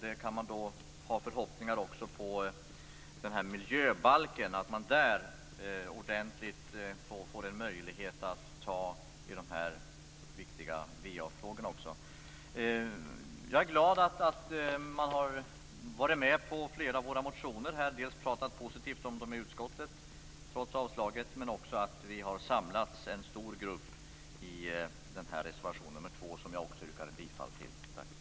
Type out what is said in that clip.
Det är min förhoppning att man även genom miljöbalken får en möjlighet att ta ett ordentligt tag i va-frågorna. Jag är glad att flera stöder våra motioner och att man talat positivt om dem i utskottet, trots avstyrkandet. En stor grupp har kunnat samlas kring reservation nr 2, som också jag härmed yrkar bifall till.